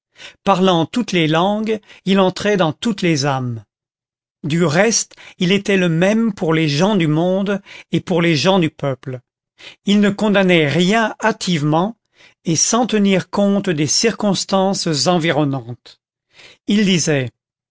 parlant toutes les langues il entrait dans toutes les âmes du reste il était le même pour les gens du monde et pour les gens du peuple il ne condamnait rien hâtivement et sans tenir compte des circonstances environnantes il disait